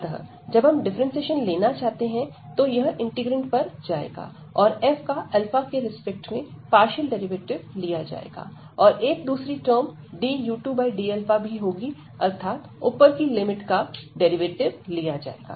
अतः जब हम डिफ्रेंशियशन लेना चाहते हैं तो यह इंटीग्रैंड पर जाएगा और f का के रिस्पेक्ट में पार्शियल डेरिवेटिव लिया जाएगा और एक दूसरी टर्म du2d भी होगी अर्थात ऊपर की लिमिट का डेरिवेटिव लिया जाएगा